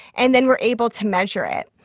and then we're able to measure it.